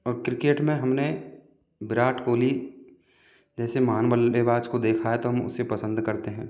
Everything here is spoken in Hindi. और क्रिकेट में हमने विराट कोहली जैसे महान बल्लेबाज को देखा है तो हम उसे पसंद करते हैं